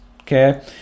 okay